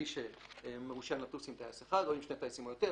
כלי שמרושיין לטוס עם טייס אחד או עם שני טייסים או יותר,